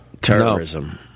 Terrorism